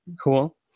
cool